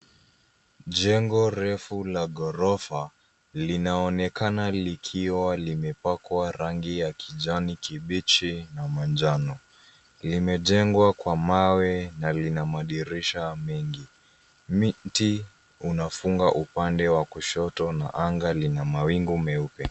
Jengo refu la ghorofa linaonekana likiwa limepakwa rangi ya kijani kibichi na manjano. Limejengwa kwa mawe na lina madirisha mengi. Miti unafunga upande wa kushoto na anga lina mawingu meupe.